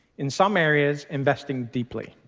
in some areas, investing deeply.